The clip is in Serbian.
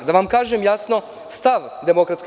Da vam kažem jasno stav DS.